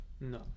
no